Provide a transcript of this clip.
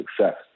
success